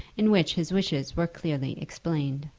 in which his wishes were clearly explained.